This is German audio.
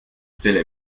stelle